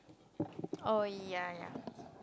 oh ya ya ya